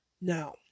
Now